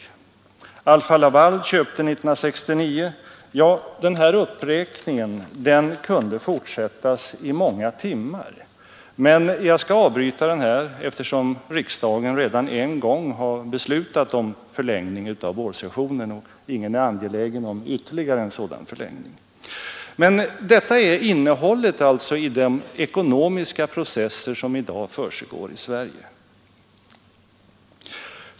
Alfa-Laval köpte 1969 ———. Ja, den här uppräkningen kunde fortsättas i många timmar, men jag skall avbryta den här eftersom riksdagen redan en gång har beslutat om förlängning av vårsessionen och ingen är angelägen om ytterligare en sådan förlängning. Men detta är alltså innehållet i de ekonomiska processer som försiggår i Sverige.